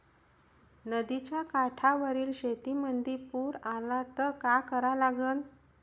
नदीच्या काठावरील शेतीमंदी पूर आला त का करा लागन?